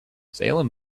salim